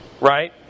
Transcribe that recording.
right